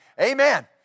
Amen